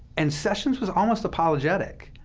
and sessions was almost apologetic,